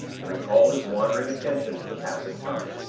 and recalled his wandering attention to the passing time.